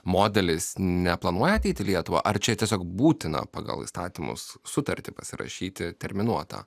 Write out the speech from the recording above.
modelis neplanuoja ateiti į lietuvą ar čia tiesiog būtina pagal įstatymus sutartį pasirašyti terminuotą